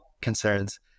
concerns